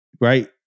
right